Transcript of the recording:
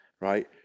right